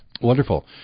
Wonderful